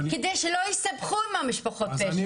כדי שלא הסתבכו עם המשפחות פשע.